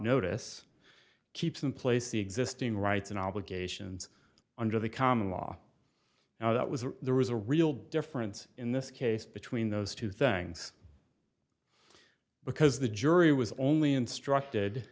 notice keeps in place the existing rights and obligations under the common law now that was that there was a real difference in this case between those two things because the jury was only instructed